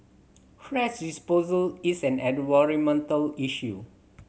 thrash disposal is an issue